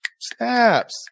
Snaps